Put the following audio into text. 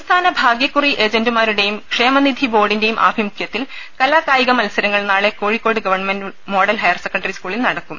സംസ്ഥാന ഭാഗ്യക്കുറി ഏജന്റുമാരുടേയും ക്ഷേമനിധി ബോർഡിന്റേയും ആഭിമുഖ്യത്തിൽ കലാകായിക മത്സരങ്ങൾ നാളെ കോഴിക്കോട് ഗവ മോഡൽ ഹയർസെക്കൻഡറി സ്കൂളിൽ നടക്കും